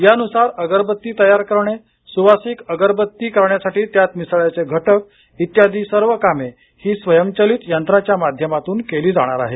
यानुसार अगरबत्ती तयार करणे सुवासिक अगरबत्ती करण्यासाठी त्यात मिसळायचे घटक इत्यादी सर्व कामे हि स्वयंचलित यंत्राच्या माध्यमातून केली जाणार आहे